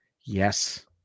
Yes